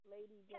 Lady